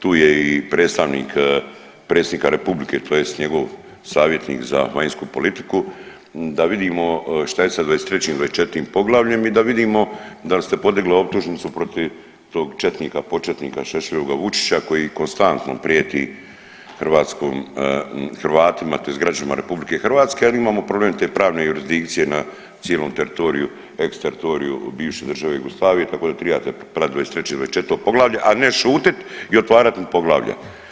Tu je i predstavnik predsjednika Republike tj. njegov savjetnik za vanjsku politiku da vidimo da je sa 23. i 24. poglavljem i da vidimo dal ste podigli optužnicu protiv tog četnika početnika Šešeljovog Vučića koji konstantno prijeti Hrvatima tj. građanima RH … imamo problem te pravne jurisdikcije na cijelom teritoriju ex teritoriju bivše države Jugoslavije tako da tribate pratit 23. i 24. poglavlje, a ne šutit i otvarat mu poglavlje.